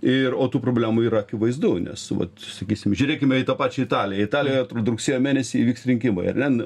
ir o tų problemų yra akivaizdu nes vat sakysim žiūrėkime į tą pačią italiją italijoje rugsėjo mėnesį įvyks rinkimai ar ne